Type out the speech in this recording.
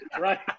right